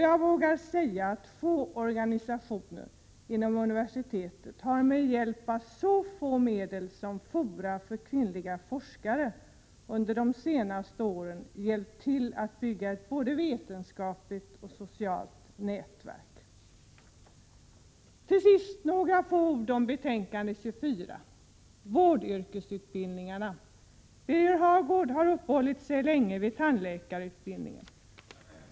Jag vågar påstå att det är få organisationer inom universiteten som med hjälp av så små medel som har varit fallet beträffande Fora för kvinnliga forskningar under de senaste åren har kunnat bidra till att bygga upp ett både vetenskapligt och socialt nätverk mellan kvinnor. Till sist några ord om betänkande 24, som handlar om vårdyrkesutbildningarna. Birger Hagård uppehöll sig länge vid tandläkarutbildningen.